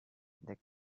they